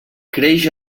creix